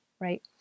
right